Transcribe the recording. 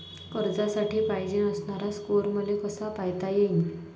कर्जासाठी पायजेन असणारा स्कोर मले कसा पायता येईन?